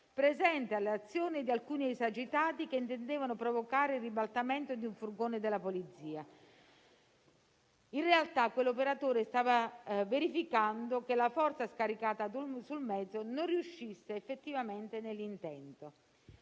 presente alle azioni di alcuni esagitati che intendevano provocare il ribaltamento di un furgone della polizia. In realtà, quell'operatore stava verificando che la forza scaricata sul mezzo non riuscisse effettivamente nell'intento.